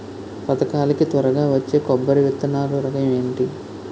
పథకాల కి త్వరగా వచ్చే కొబ్బరి విత్తనాలు రకం ఏంటి?